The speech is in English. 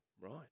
Right